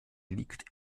liegt